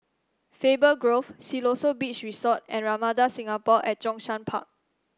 Faber Grove Siloso Beach Resort and Ramada Singapore at Zhongshan Park